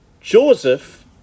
Joseph